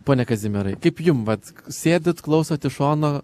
pone kazimierai kaip jum vat sėdit klausot iš šono